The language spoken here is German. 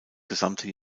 gesamte